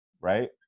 right